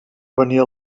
venia